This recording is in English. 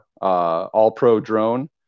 All-pro-drone